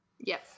Yes